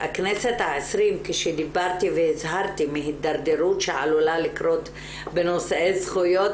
הכנסת ה-20 כשדיברתי והזהרתי מהידרדרות שעלולה לקרות בנושא זכויות